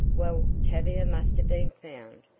well, tavia must have been found,